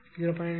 1 0